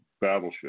battleship